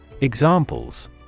Examples